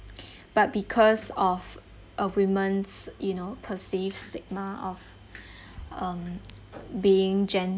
but because of uh women's you know perceived stigma of um being gentle